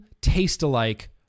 taste-alike